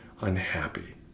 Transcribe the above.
unhappy